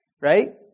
right